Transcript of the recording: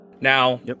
Now